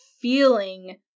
feeling